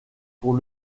pour